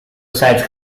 sides